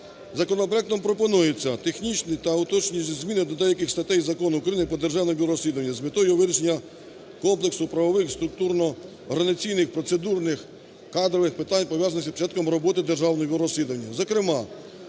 Законопроектом пропонується технічні та уточнюючі зміни до деяких статей Закону України "Про Державне бюро розслідувань" з метою вирішення комплексу правових, структурно-організаційних, процедурних, кадрових питань, пов'язаних з початком роботи Державного бюро розслідувань. Зокрема